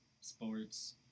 sports